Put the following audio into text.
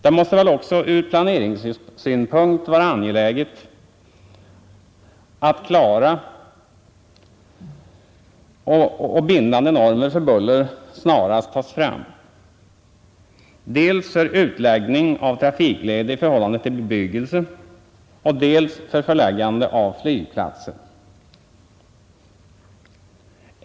Det måste väl också ur planeringssynpunkt vara angeläget att klara och bindande normer för buller snarast tas fram dels för utläggning av trafikleder i förhållande till bebyggelse, dels för förläggande av flygplatser.